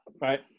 right